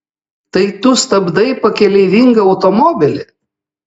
tai tu stabdai pakeleivingą automobilį